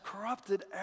corrupted